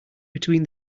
between